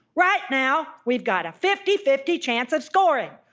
right now we've got a fifty fifty chance of scoring.